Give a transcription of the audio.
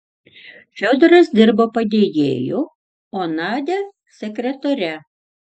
fiodoras dirbo padėjėju o nadia sekretore